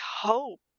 hope